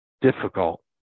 difficult